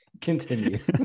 Continue